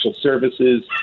services